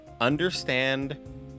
Understand